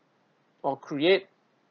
or create